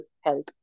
health